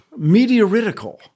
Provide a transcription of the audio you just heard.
Meteoritical